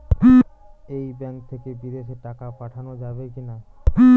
এই ব্যাঙ্ক থেকে বিদেশে টাকা পাঠানো যাবে কিনা?